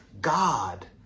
God